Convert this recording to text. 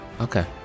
Okay